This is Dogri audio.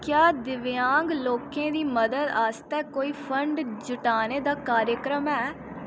क्या दिव्यांग लोकें दी मदद आस्तै कोई फंड जुटाने दा कार्यक्रम ऐ